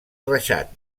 reixat